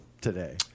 today